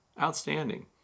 outstanding